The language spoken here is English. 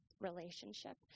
relationship